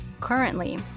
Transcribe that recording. Currently